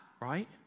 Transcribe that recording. right